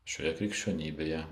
šioje krikščionybėje